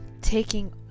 taking